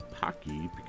Pocky